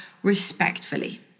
Respectfully